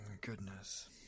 Goodness